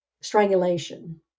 strangulation